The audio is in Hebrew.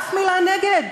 ואף מילה נגד,